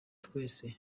twese